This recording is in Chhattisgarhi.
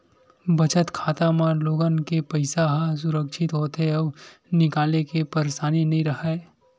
बचत खाता म लोगन के पइसा ह सुरक्छित होथे अउ निकाले के परसानी नइ राहय